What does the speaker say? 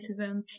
racism